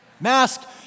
mask